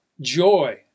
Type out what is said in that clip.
joy